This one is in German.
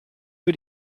für